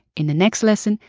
in the next lesson,